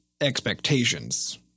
expectations